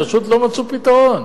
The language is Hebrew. פשוט לא מצאו פתרון.